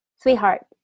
sweetheart